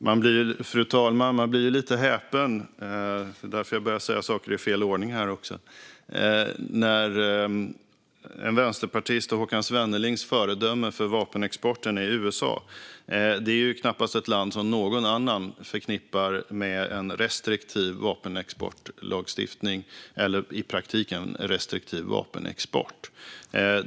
Fru talman! Man blir lite häpen - det är därför jag börjar säga saker i fel ordning - när vänsterpartisten Håkan Svennelings föredöme för vapenexporten är USA. Det är knappast ett land som någon annan förknippar med en restriktiv vapenexportlagstiftning eller i praktiken en restriktiv vapenexport.